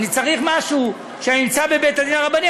אני צריך משהו כשאני נמצא בבית-הדין הרבני,